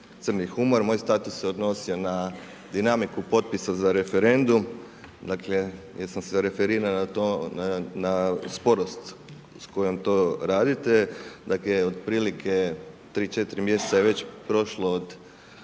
Moj status se odnosi na dinamiku potpisa za referendum, dakle jer sam se referirao na to, na sporost s kojom to radite, dakle otprilike 3, 4 mj. je već prošlo od